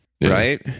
right